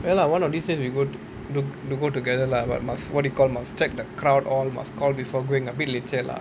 ya lah one of these days we go to~ to~ do go together lah but must what you call must check the crowd all must call before going a bit leceh lah